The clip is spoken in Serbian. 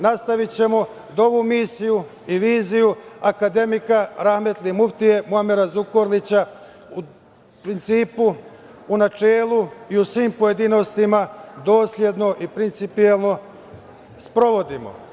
Nastavićemo da ovu misiju i viziju akademika rahmetli muftije Muamera Zukorlića u principu, u načelu i u svim pojedinostima dosledno i principijelno sprovodimo.